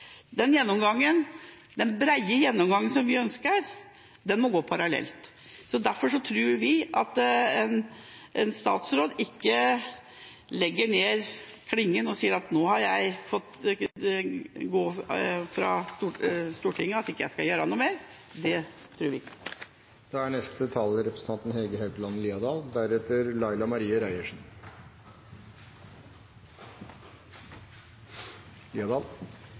Den brede gjennomgangen som vi ønsker, må gå parallelt. Derfor tror vi ikke at en statsråd legger ned klingen og sier at nå har jeg fått råd fra Stortinget om at jeg ikke skal gjøre noe mer – det tror vi ikke. Dagens familier er mer mangfoldige enn tidligere. Det er viktig at det mangfoldet av familier også gjenspeiles i rekrutteringen av fosterfamilier. Ektepar med